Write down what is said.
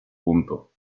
punto